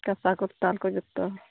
ᱠᱟᱸᱥᱟ ᱠᱚᱨᱛᱟᱞ ᱠᱚ ᱡᱚᱛᱚ